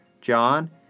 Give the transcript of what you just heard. John